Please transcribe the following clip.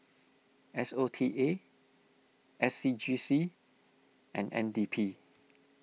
S O T A S C G C and N D P